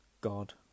God